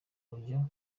buryo